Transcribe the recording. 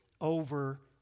over